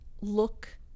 look